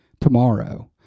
tomorrow